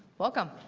welcome.